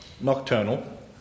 Nocturnal